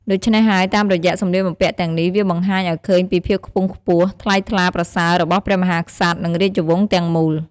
ដូច្នេះហើយតាមរយៈសម្លៀកបំពាក់ទាំងនេះ វាបង្ហាញឱ្យឃើញពីភាពខ្ពង់ខ្ពស់ ថ្លៃថ្លាប្រសើរបស់ព្រះមហាក្សត្រ និងរាជវង្សទាំងមូល។